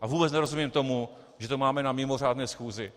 A vůbec nerozumím tomu, že to máme na mimořádné schůzi.